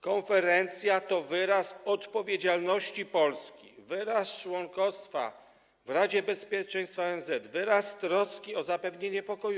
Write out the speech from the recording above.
Konferencja to wyraz odpowiedzialności Polski, wyraz członkostwa w Radzie Bezpieczeństwa ONZ, wyraz troski o zapewnienie pokoju.